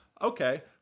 Okay